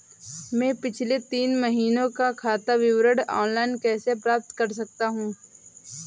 मैं पिछले तीन महीनों का खाता विवरण ऑनलाइन कैसे प्राप्त कर सकता हूं?